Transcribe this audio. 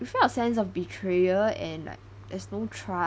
we felt a sense of betrayal and like there's no trust